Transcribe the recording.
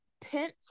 pent